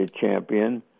champion